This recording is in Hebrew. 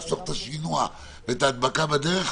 לחסוך את השינוע ואת ההדבקה בדרך,